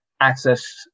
access